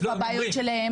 איפה הבעיות שלהם,